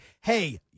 hey